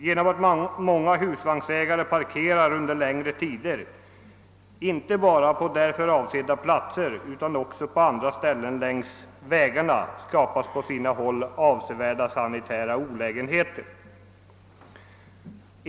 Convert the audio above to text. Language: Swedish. Genom att många husvagnsägare parkerar under längre tider inte bara på därför avsedda platser utan också på andra ställen längs vägarna skapas på sina håll avsevärda sanitära olägenheter.